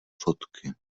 fotky